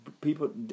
people